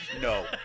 no